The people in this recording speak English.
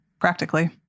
practically